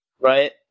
right